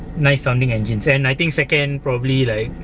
nice sounding engines and i think second probably like